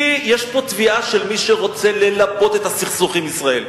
כי יש פה תביעה של מי שרוצה ללבות את הסכסוך עם ישראל.